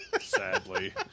Sadly